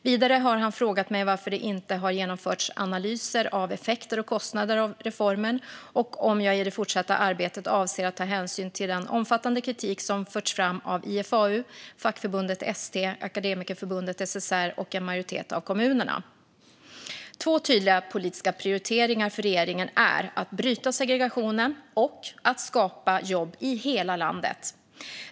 Vidare har han frågat mig varför det inte har genomförts analyser av effekter och kostnader av reformen och om jag i det fortsatta arbetet avser att ta hänsyn till den omfattande kritik som förts fram av IFAU, Fackförbundet ST, Akademikerförbundet SSR och en majoritet av kommunerna. Två tydliga politiska prioriteringar för regeringen är att bryta segregationen och att skapa jobb i hela landet.